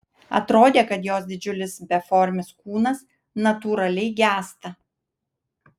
atrodė kad jos didžiulis beformis kūnas natūraliai gęsta